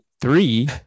three